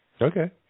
Okay